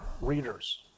readers